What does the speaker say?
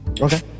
Okay